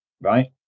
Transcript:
right